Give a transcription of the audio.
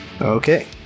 Okay